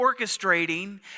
orchestrating